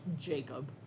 Jacob